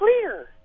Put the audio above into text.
clear